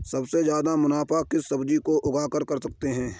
सबसे ज्यादा मुनाफा किस सब्जी को उगाकर कर सकते हैं?